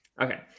Okay